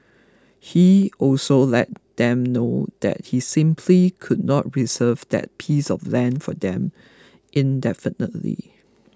he also let them know that he simply could not reserve that piece of land for them indefinitely